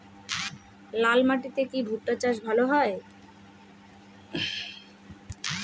লাল মাটিতে কি ভুট্টা চাষ ভালো হয়?